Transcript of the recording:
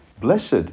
Blessed